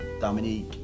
Dominique